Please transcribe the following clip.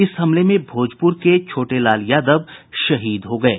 इस हमले में भोजपुर के छोटे लाल यादव शहीद हो गये